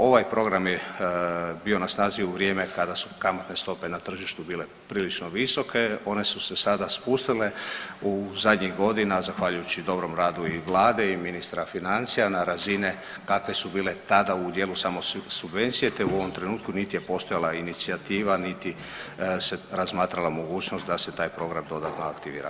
Ovaj program je bio na snazi u vrijeme kada su kamatne stope na tržištu bile prilično visoke, one su se sada spustile u zadnjih godina zahvaljujući dobrom radu i vlade i ministra financija na razine kakve su bile tada u dijelu samo subvencije, te u ovom trenutku niti je postojala inicijativa, niti se razmatrala mogućnost da se taj program dodatno aktivira.